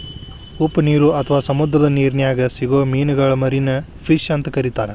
ಉಪ್ಪನೇರು ಅತ್ವಾ ಸಮುದ್ರದ ನಿರ್ನ್ಯಾಗ್ ಸಿಗೋ ಮೇನಗಳಿಗೆ ಮರಿನ್ ಫಿಶ್ ಅಂತ ಕರೇತಾರ